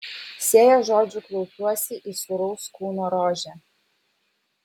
sėja žodžių klaupiuosi į sūraus kūno rožę